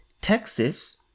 Texas